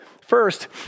First